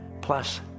plus